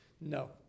No